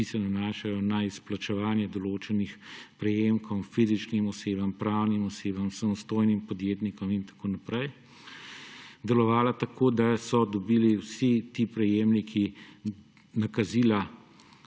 ki se nanašajo na izplačevanje določenih prejemkov fizičnim osebam, pravnim osebam, samostojnim podjetnikom in tako naprej – delovala tako, da so dobili vsi ti prejemniki nakazila